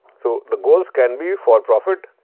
so, the goals can be for profit,